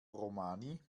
romani